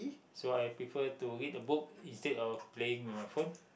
so I prefer to read a book instead of playing with my phone